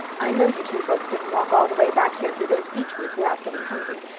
i know you two folks didn't walk all the way back here through those beechwoods without getting hungry,